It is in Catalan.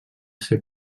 ser